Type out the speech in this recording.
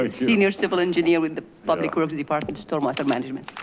ah senior civil engineer with the public works department, stormwater management,